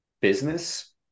business